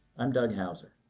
i'm doug houser.